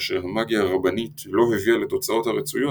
כאשר המאגיה הרבנית לא הביאה לתוצאות הרצויות,